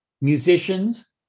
musicians